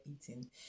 eating